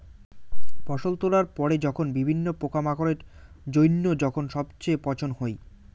ফসল তোলার পরে যখন বিভিন্ন পোকামাকড়ের জইন্য যখন সবচেয়ে পচন হই